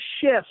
shift